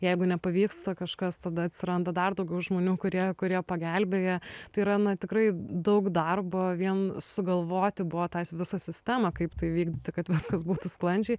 jeigu nepavyksta kažkas tada atsiranda dar daugiau žmonių kurie kurie pagelbėja tai yra na tikrai daug darbo vien sugalvoti buvo tą visą sistemą kaip tai vykdyti kad viskas būtų sklandžiai